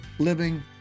living